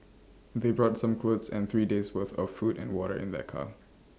they brought some clothes and three days' worth of food and water in their car